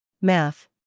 Math